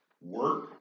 Work